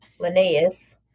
Linnaeus